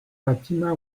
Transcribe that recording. fatima